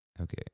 Okay